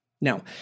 Now